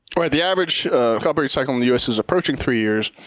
the average upgrade cycle in the u s. is approaching three years.